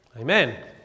Amen